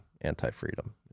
anti-freedom